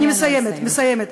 אני מסיימת, מסיימת.